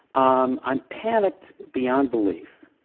um i'm panicked beyond belief,